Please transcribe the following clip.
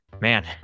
man